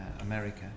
America